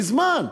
מזמן.